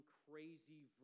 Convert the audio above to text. crazy